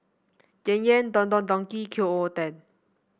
Yan Yan Don Don Donki and Qoo ten